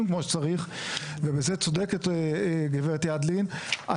כמו שצריך ובזה צודקת גברת ידלין,